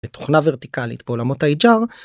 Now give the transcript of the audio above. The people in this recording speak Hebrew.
תוכנה ורטיקלית בעולמות הhr.